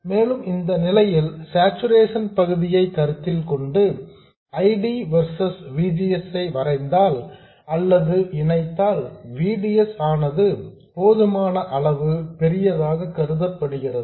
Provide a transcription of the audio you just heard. மேலும் இந்த நிலையில் சார்சுரேஷன் பகுதியை கருத்தில் கொண்டு I D versus V G S ஐ வரைந்தால் அல்லது இணைத்தால் V D S ஆனது போதுமான அளவு பெரியதாக கருதப்படுகிறது